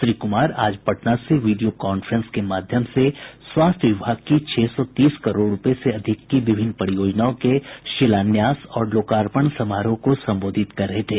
श्री कुमार आज पटना से video conference के माध्यम से स्वास्थ्य विभाग की छह सौ तीस करोड़ रूपये से अधिक की विभिन्न परियोजनाओं के शिलान्यास और लोकार्पण समारोह को संबोधित कर रहे थे